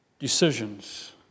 Decisions